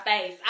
face